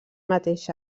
mateix